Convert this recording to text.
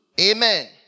Amen